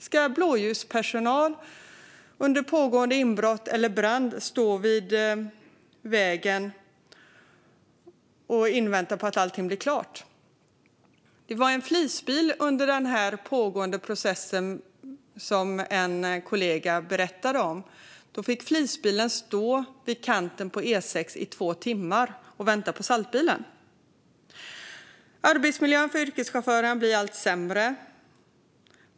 Ska blåljuspersonal under pågående inbrott eller brand stå vid vägen och vänta på att allt blir klart? En kollega berättade att en flisbil under den pågående processen fick stå vid kanten på E6 i två timmar och vänta på saltbilen. Arbetsmiljön för yrkeschaufförerna blir allt sämre.